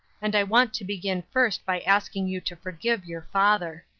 and i want to begin first by asking you to forgive your father.